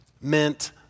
meant